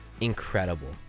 incredible